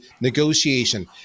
negotiation